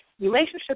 relationships